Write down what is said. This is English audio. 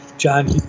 John